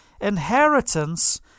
inheritance